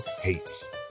Hates